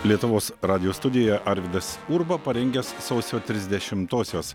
lietuvos radijo studijoje arvydas urba parengęs sausio trisdešimosios